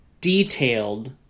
detailed